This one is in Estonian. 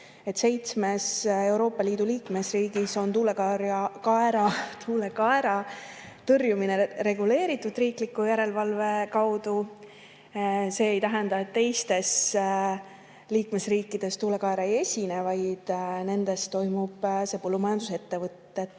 Seitsmes Euroopa Liidu liikmesriigis on tuulekaera tõrjumine reguleeritud riikliku järelevalve kaudu. See ei tähenda, et teistes liikmesriikides tuulekaera ei esine, vaid nendes toimub [tõrjumine] põllumajandusettevõtete